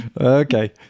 okay